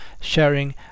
sharing